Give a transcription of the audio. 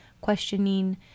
questioning